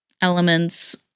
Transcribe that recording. elements